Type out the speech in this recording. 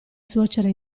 suocera